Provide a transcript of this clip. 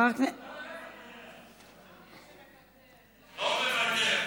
לא מוותר.